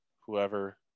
whoever